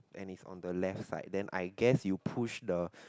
and is on the left side then I guess you push the